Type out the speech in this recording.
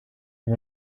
him